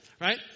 right